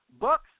Bucks